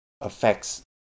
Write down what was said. affects